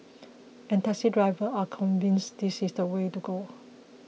and taxi drivers are convinced this is the way to go